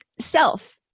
Self